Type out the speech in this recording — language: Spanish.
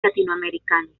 latinoamericanos